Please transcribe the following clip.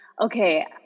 Okay